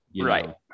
Right